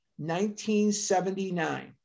1979